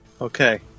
Okay